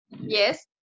Yes